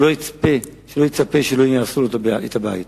שלא יצפה שלא יהרסו לו את הבית.